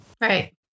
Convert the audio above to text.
Right